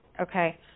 okay